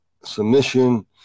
submission